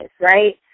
right